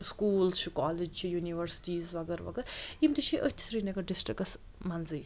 school چھِ college چھِ universities وَغٲر وَغٲر یِم تہِ چھِ أتھۍ سرینَگَر ڈِسٹِرٛکَس منٛزٕے